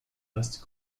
vaste